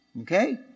okay